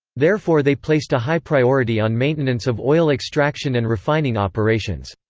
therefore they placed a high priority on maintenance of oil extraction and refining operations.